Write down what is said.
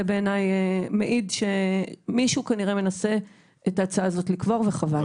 זה בעיניי מעיד שמישהו כנראה את ההצעה הזו לקבור וחבל.